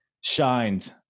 shined